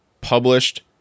published